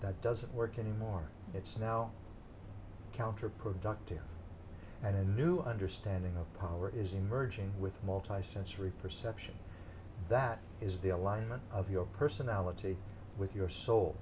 that doesn't work anymore it's now counterproductive and new understanding of power is emerging with multisensory perception that is the alignment of your personality with your soul